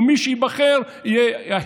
ומי שייבחר יהיה,